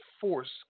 force